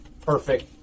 perfect